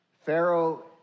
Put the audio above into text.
Pharaoh